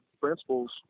principles